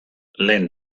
lehen